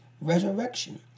resurrection